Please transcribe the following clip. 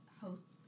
host